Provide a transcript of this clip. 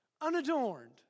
unadorned